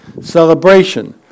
celebration